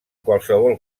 qualsevol